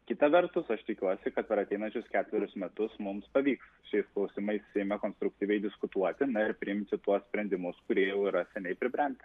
kita vertus aš tikiuosi kad per ateinančius ketverius metus mums pavyks šiais klausimais seime konstruktyviai diskutuoti na ir priimti tuos sprendimus kurie jau yra seniai pribrendę